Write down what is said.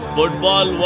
Football